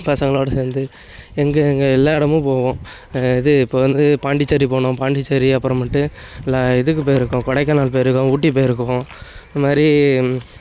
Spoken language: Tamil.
பசங்களோடு சேர்ந்து எங்கே எங்கே எல்லா இடமும் போவோம் இது இப்போ வந்து பாண்டிச்சேரி போனோம் பாண்டிச்சேரி அப்புறமேட்டு எல்லா இதுக்கும் போயிருக்கோம் கொடைக்கானல் போயிருக்கோம் ஊட்டி போயிருக்கோம் இது மாதிரி